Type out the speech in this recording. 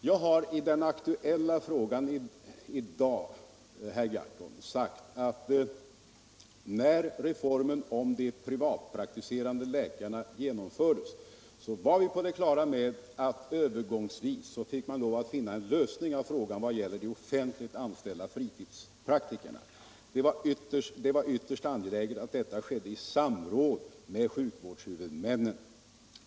Jag har i dag i den aktuella frågan, herr Gahrton, sagt att när reformen om de privatpraktiserande läkarna genomfördes var vi på det klara med att man övergångsvis fick lov att finna en lösning på frågan i vad gäller de offentliganställda fritidspraktikerna. Det var ytterst angeläget att detta skedde i samråd med sjukvårdshuvudmännen.